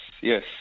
yes